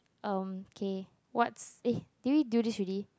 erm K what's eh did we do this already